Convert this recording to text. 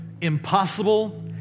impossible